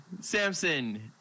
Samson